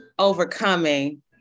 Overcoming